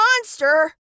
monster